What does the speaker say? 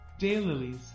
Daylilies